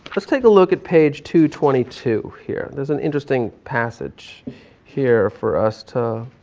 let's take look at page two twenty two here. there's an interesting passage here for us to